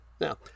Now